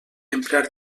emprar